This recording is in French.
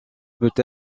peut